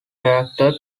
attracted